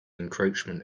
encroachment